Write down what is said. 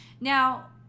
Now